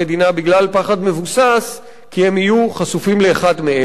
בגלל פחד מבוסס כי הם יהיו חשופים לאחד מאלה,